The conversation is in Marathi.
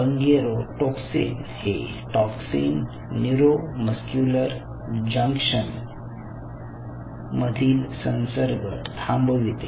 बंगेरोटोक्सिन हे टॉक्सिन न्यूरोमस्क्यूलर जंक्शन मधील संसर्ग थांबवते